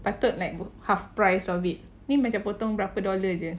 patut like half price of it ni macam potong berapa dollar jer